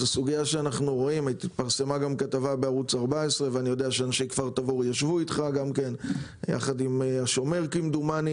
אני יודע שאנשי כפר תבור ישבו איתך גם כן יחד עם השומר כמדומני.